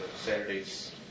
Saturday's